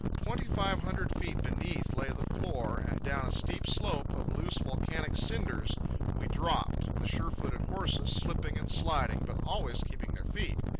twenty-five hundred feet beneath lay the floor, and down a steep slope of loose volcanic cinders we dropped, the sure-footed horses slipping and sliding, but always keeping their feet.